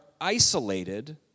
isolated